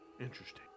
Interesting